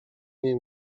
nie